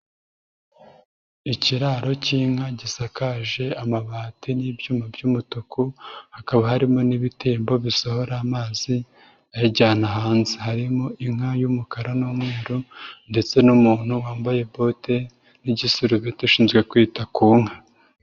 Ikiraro k'inka gisakaje amabati n'ibyuma by'umutuku, hakaba harimo n'ibitembo bisohora amazi ayajyana hanze. Harimo inka y'umukara n'umweru ndetse n'umuntu wambaye bote n'igisurubeti ushinzwe kwita ku nka.